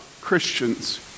Christians